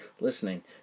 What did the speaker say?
listening